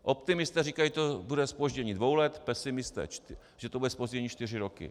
Optimisté říkají to bude zpoždění dvou let, pesimisté, že to bude zpoždění čtyři roky.